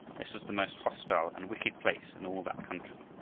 this was the most hostile and wicked place in all that country,